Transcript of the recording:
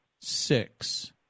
Six